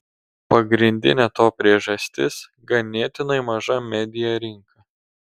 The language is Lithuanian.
pagrindinė to priežastis ganėtinai maža media rinka